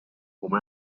home